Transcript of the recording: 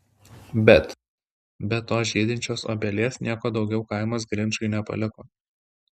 bet be tos žydinčios obelies nieko daugiau kaimas griciui nepaliko